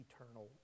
eternal